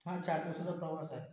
हां चार दिवसाचा प्रवास आहे